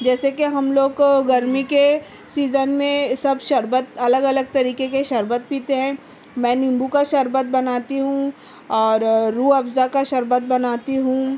جیسے کہ ہم لوگ گرمی کے سیزن میں سب شربت الگ الگ طریقے کے شربت پیتے ہیں میں نیمبو کا شربت بناتی ہوں اور روح افزا کا شربت بناتی ہوں